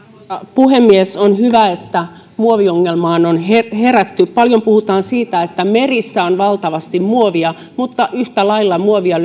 puhemies on hyvä että muoviongelmaan on herätty paljon puhutaan siitä että merissä on valtavasti muovia mutta yhtä lailla muovia